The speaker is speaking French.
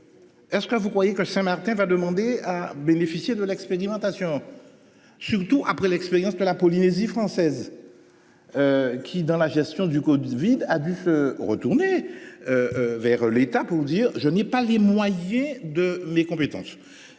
Est-ce que vous croyez que Saint-Martin, va demander à bénéficier de l'expérimentation. Surtout après l'expérience de la Polynésie française. Qui dans la gestion du code civil a dû se retourner. Vers l'État pour dire, je n'ai pas les moyens de mes compétences et